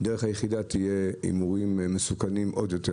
להימורים מסוכנים עוד יותר.